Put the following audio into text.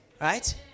Right